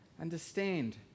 understand